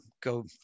go